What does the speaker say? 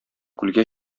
күлгә